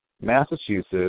Massachusetts